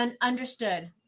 Understood